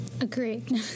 Agreed